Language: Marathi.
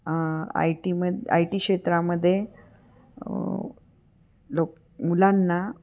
आय टीमध्ये आय टी क्षेत्रामध्ये लोक मुलांना